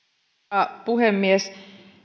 arvoisa puhemies